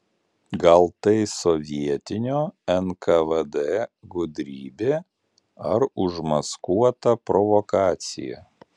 gal tai sovietinio nkvd gudrybė ar užmaskuota provokacija